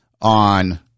on